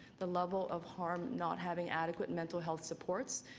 the level of harm not having adequate mental health supports,